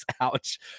ouch